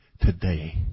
today